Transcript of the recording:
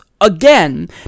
Again